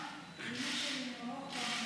אימא שלי ממרוקו.